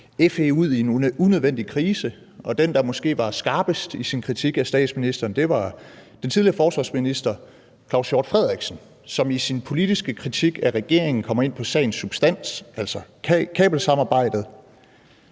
FE ud i en unødvendig krise. Og den, der måske var skarpest i sin kritik af statsministeren, var den tidligere forsvarsminister Claus Hjort Frederiksen, som i sin politiske kritik af regeringen kommer ind på sagens substans, altså kabelsamarbejdet.